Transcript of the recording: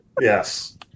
Yes